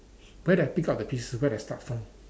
where did I pick up the pieces where did I start from